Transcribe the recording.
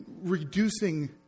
reducing